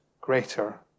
greater